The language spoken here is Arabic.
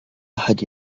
أحد